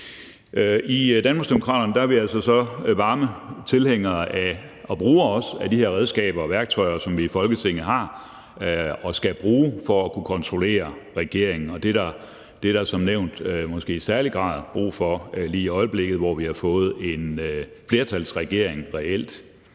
I Danmarksdemokraterne er vi altså varme tilhængere af og bruger også de her redskaber og værktøjer, som vi har i Folketinget og skal bruge for at kunne kontrollere regeringen. Det er der som nævnt måske i særlig grad brug for lige i øjeblikket, hvor vi reelt har fået en flertalsregering.